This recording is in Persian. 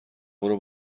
برو